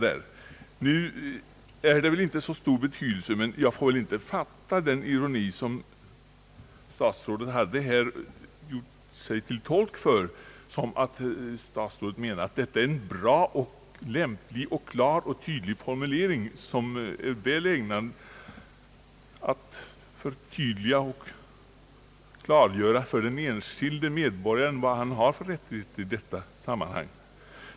Det har kanske inte så stor betydelse men jag bör väl inte fatta den ironi som statsrådet gjorde sig till tolk för som att statsrådet menar att det nya förslaget har en lämplig, klar och tydlig formulering som är väl ägnad att förtydliga och klargöra för den enskilde medborgaren vilka rättigheter han har i detta sammanhang.